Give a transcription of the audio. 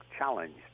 challenged